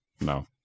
No